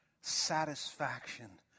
satisfaction